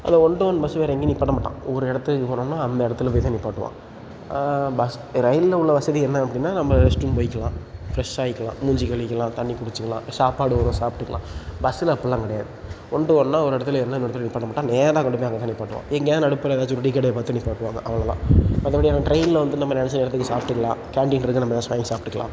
அந்த one to one bus வேறு எங்கேயும் நிப்பாட்ட மாட்டான் ஒரு இடத்துக்கு போகிறோம்னா அந்த இடத்துல போய் தான் நிப்பாட்டுவான் பஸ் ரயிலில் உள்ள வசதி என்ன அப்படின்னா நம்ம ரெஸ்ட் ரூம் போயிக்கலாம் ஃப்ரெஷ் ஆயிக்கலாம் மூஞ்சி கழுவிக்கலாம் தண்ணி குடித்துக்கலாம் சாப்பாடு வரும் சாப்பிட்டுக்கலாம் பஸ்ஸில் அப்படிலாம் கிடையாது ஒன் டு ஒன்றா ஒரு இடத்துல ஏறுனால் இன்னொரு இடத்துல நிப்பாட்ட மாட்டான் நேராக கொண்டு போய் அங்கே தான் நிப்பாட்டுவான் எங்கேயாது நடுப்புற எதாச்சும் இப்போ ஒரு டீ கடையை பார்த்து நிப்பாட்டுவாங்க அவ்வளோதான் மற்றபடி அந்த ட்ரெயினில் வந்து நம்ம நினச்ச நேரத்துக்கு சாப்பிட்டுக்கலாம் கேண்டீன் இருக்குது நம்ம எதாச்சும் வாங்கி சாப்பிட்டுக்கலாம்